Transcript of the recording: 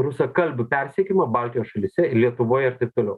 rusakalbių persekiojimą baltijos šalyse ir lietuvoje ir taip toliau